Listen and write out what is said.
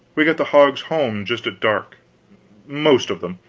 we got the hogs home just at dark most of them.